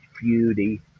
beauty